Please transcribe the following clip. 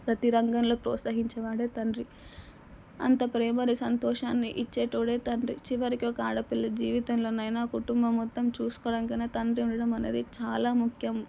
ప్రతీ రంగంలో ప్రోత్సహించే వాడే తండ్రి అంత ప్రేమని సంతోషాన్ని ఇచ్చేవాడే తండ్రి చివరికి ఒక ఆడపిల్ల జీవితంలోనైనా కుటుంబం మొత్తం చూసుకోవడానికైనా తండ్రి ఉండడం అనేది చాలా ముఖ్యం